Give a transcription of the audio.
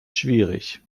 schwierig